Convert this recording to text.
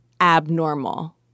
abnormal